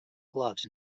gloves